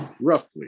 roughly